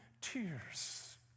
tears